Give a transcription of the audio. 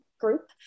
group